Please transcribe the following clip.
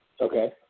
Okay